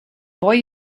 boy